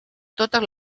totes